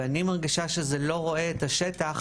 אני מרגישה שזה לא רואה את השטח,